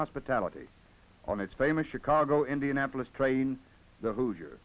hospitality on its famous chicago indianapolis train the hoosier